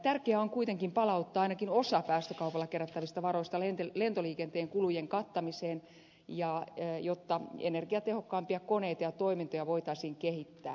tärkeää on kuitenkin palauttaa ainakin osa päästökaupalla kerättävistä varoista lentoliikenteen kulujen kattamiseen jotta energiatehokkaampia koneita ja toimintoja voitaisiin kehittää